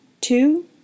two